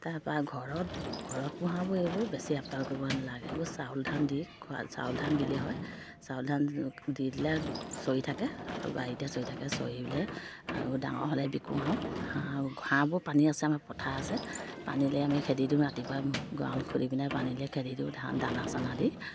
তাৰপা ঘৰত ঘৰত পোহাবোৰ এইবোৰ বেছি আপতাল কৰিব নালাগে এইবোৰ চাউল ধান দি খোৱা চাউল ধান দিলে হয় চাউল ধান দি দিলে চৰি থাকে আৰু বাৰীতে চৰি থাকে চৰি পেলাই আৰু ডাঙৰ হ'লে বিকোঁ আৰু হাঁ হাঁহবোৰ পানী আছে আমাৰ পথাৰ আছে পানীলে আমি খেদি দিওঁ ৰাতিপুৱা গঁৰাল খুলি পিনে পানীলে খেদি দিওঁ ধা দানা চানা দি